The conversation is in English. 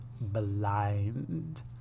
blind